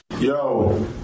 Yo